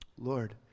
Lord